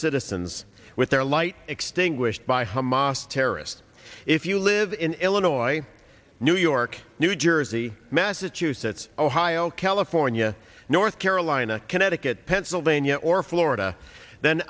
citizens with their light extinguished by hamas terrorists if you live in illinois new york new jersey massachusetts ohio california north carolina connecticut pennsylvania or florida then